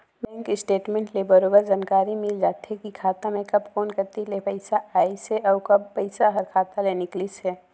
bank statement ले बरोबर जानकारी मिल जाथे की खाता मे कब कोन कति ले पइसा आइसे अउ कब पइसा हर खाता ले निकलिसे